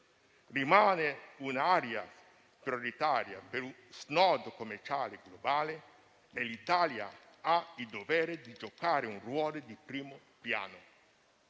rimane un'area prioritaria per gli snodi commerciali globali e l'Italia ha il dovere di giocare un ruolo di primo piano.